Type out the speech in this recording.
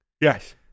Yes